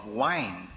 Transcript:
wine